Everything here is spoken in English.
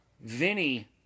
Vinny